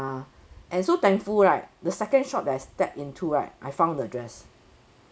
ah and so thankful right the second shop that I step into right I found the dress